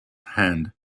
hand